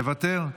מוותר,